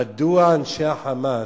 מדוע אנשי ה"חמאס",